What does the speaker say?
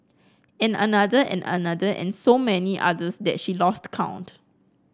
and another and another and so many others that she lost count